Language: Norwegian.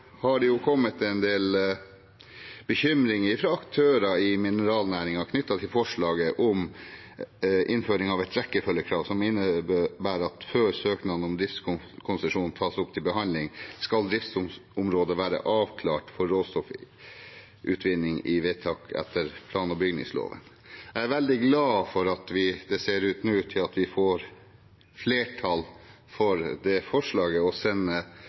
har det kommet en del bekymring fra aktører i mineralnæringen knyttet til forslaget om innføring av et rekkefølgekrav, som innebærer at før søknaden om driftskonsesjon tas opp til behandling, skal driftsområdet være avklart for råstoffutvinning i vedtak etter plan- og bygningsloven. Jeg er veldig glad for at det nå ser ut til at vi får flertall for forslaget om å sende